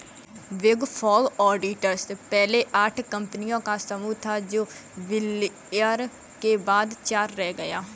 big four auditors पहले आठ कंपनियों का समूह था जो विलय के बाद चार रह गया